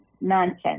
nonsense